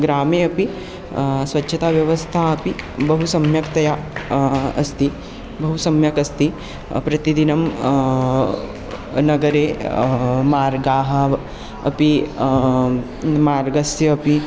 ग्रामे अपि स्वच्छता व्यवस्था अपि बहु सम्यक्तया अस्ति बहु सम्यक् अस्ति प्रतिदिनं नगरे मार्गाः अपि मार्गस्य अपि